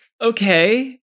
okay